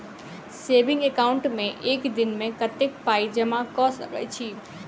Saving account मे एक दिनमे कतेक पाई जमा कऽ सकैत छी?